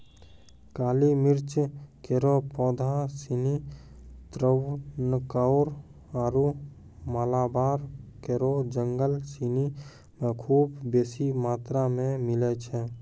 काली मिर्च केरो पौधा सिनी त्रावणकोर आरु मालाबार केरो जंगल सिनी म खूब बेसी मात्रा मे मिलै छै